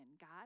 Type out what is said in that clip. God